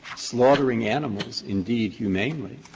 slaughtering animals, indeed humanely,